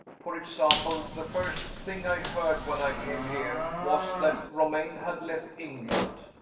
for example the first thing i heard, when i came here, was that romayne had left england.